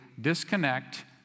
disconnect